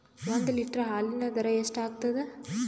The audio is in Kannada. ಒಂದ್ ಲೀಟರ್ ಹಾಲಿನ ದರ ಎಷ್ಟ್ ಆಗತದ?